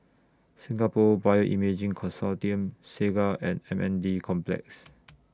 Singapore Bioimaging Consortium Segar and M N D Complex